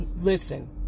listen